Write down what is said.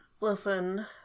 listen